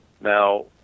Now